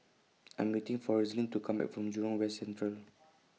I Am waiting For Roselyn to Come Back from Jurong West Central